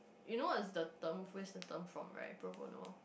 you know what is the term where is the term from right pro-bono